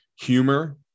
humor